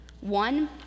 One